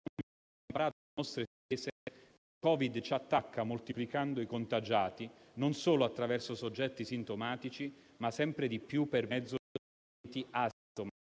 il Covid ci attacca moltiplicando i contagiati non solo attraverso soggetti sintomatici, ma sempre di più per mezzo di pazienti